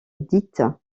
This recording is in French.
dite